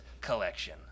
collection